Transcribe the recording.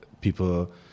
people